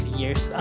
years